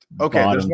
Okay